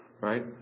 right